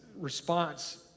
response